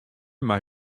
mei